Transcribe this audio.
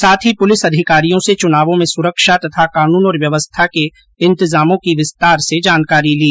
साथ ही पुलिस अधिकारियों से चुनावों में सुरक्षा तथा कानून और व्ययवस्था के इंतजामों की विस्तार से जानकारी ली